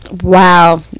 Wow